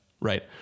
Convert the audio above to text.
Right